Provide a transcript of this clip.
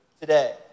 today